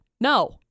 No